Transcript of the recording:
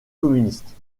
communistes